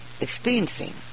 experiencing